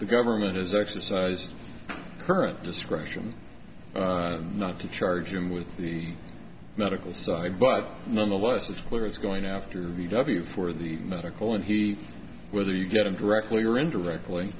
the government is exercised her discretion not to charge him with the medical side but nonetheless it's clear he's going after the w for the medical and he whether you get them directly or indirectly